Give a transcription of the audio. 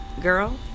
girl